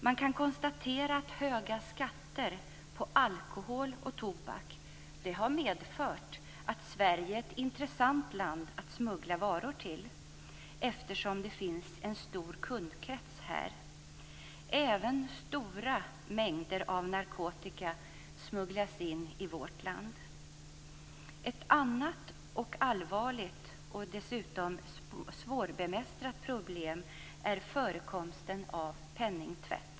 Man kan konstatera att höga skatter på alkohol och tobak har medfört att Sverige är ett intressant land att smuggla varor till, eftersom det finns en stor kundkrets här. Även stora mängder narkotika smugglas in i vårt land. Ett annat allvarligt och dessutom svårbemästrat problem är förekomsten av penningtvätt.